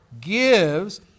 gives